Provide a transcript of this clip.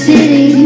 City